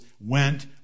went